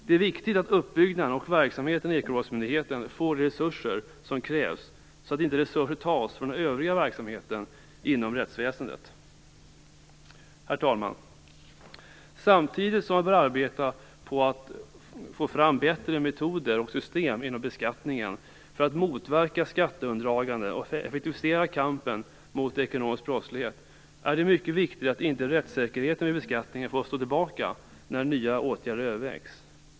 Det är viktigt att uppbyggnaden och verksamheten i ekobrottsmyndigheten får de resurser som krävs så att inte resurser tas från den övriga verksamheten inom rättsväsendet. Herr talman! Samtidigt som man bör arbeta på att få fram bättre metoder och system inom beskattningen för att motverka skatteundandragande och effektivisera kampen mot ekonomisk brottslighet är det mycket viktigt att inte rättssäkerheten vid beskattningen får stå tillbaka när nya åtgärder övervägs.